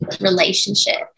relationship